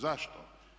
Zašto?